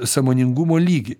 sąmoningumo lygį